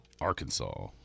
Arkansas